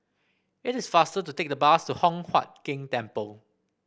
it is faster to take the bus to Hock Huat Keng Temple